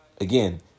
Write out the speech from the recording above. again